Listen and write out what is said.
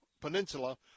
Peninsula